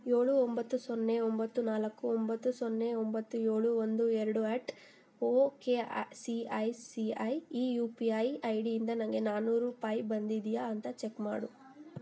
ಏಳು ಒಂಬತ್ತು ಸೊನ್ನೆ ಒಂಬತ್ತು ನಾಲ್ಕು ಒಂಬತ್ತು ಸೊನ್ನೆ ಒಂಬತ್ತು ಏಳು ಒಂದು ಎರಡು at ok I C I C I ಈ ಯು ಪಿ ಐ ಐ ಡಿಯಿಂದ ನನಗೆ ನಾನ್ನೂರು ರೂಪಾಯಿ ಬಂದಿದೆಯಾ ಅಂತ ಚೆಕ್ ಮಾಡು